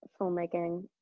filmmaking